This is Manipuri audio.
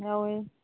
ꯌꯥꯎꯏ